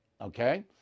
Okay